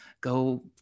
Go